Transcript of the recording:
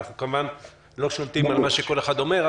ואנחנו כמובן לא שולטים על מה שכל אחד אומר.